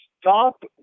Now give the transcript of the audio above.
Stop